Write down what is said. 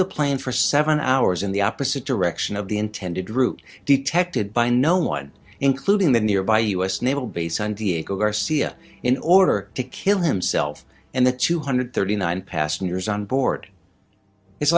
the plane for seven hours in the opposite direction of the intended route detected by no one including the nearby u s naval base on diego garcia in order to kill himself and the two hundred thirty nine passengers on board it's